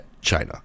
China